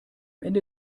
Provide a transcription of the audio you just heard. ende